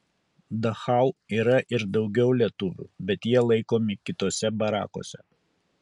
dachau yra ir daugiau lietuvių bet jie laikomi kituose barakuose